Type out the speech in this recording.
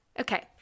okay